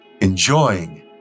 enjoying